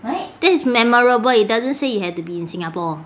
that is memorable it doesn't say you had to be in singapore